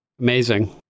Amazing